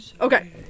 Okay